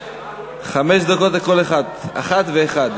חמש דקות לכל אחת ואחד.